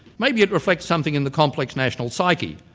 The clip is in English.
maybe it reflects something in the complex national psyche.